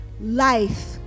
life